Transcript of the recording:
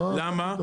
למה?